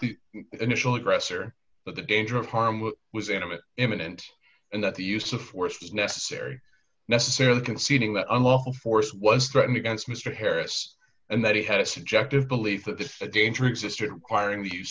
the initial aggressor but the danger of harm which was intimate imminent and that the use of force necessary necessarily conceding that unlawful force was threatened against mr harris and that he had a subjective belief that if a danger existed requiring